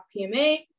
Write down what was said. PMA